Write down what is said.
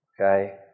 Okay